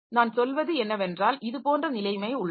நான் சொல்வது என்னவென்றால் இது போன்ற நிலைமை உள்ளது